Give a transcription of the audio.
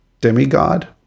demigod